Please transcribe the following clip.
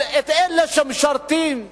אבל אלה שמשרתים במילואים,